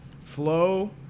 flow